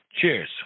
Cheers